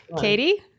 Katie